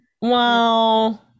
wow